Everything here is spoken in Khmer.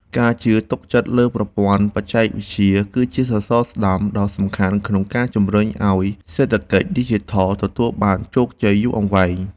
ការជឿទុកចិត្តលើប្រព័ន្ធបច្ចេកវិទ្យា គឺជាសសរស្តម្ភដ៏សំខាន់ក្នុងការជំរុញឱ្យសេដ្ឋកិច្ចឌីជីថលទទួលបានជោគជ័យយូរអង្វែង។